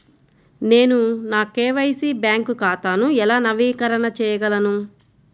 నేను నా KYC bank ఖాతాను ఎలా నవీకరణ చేయగలను?